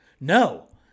No